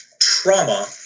trauma